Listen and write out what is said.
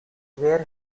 where